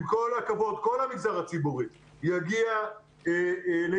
עם כל הכבוד, כל המגזר הציבורי יגיע לקריסה.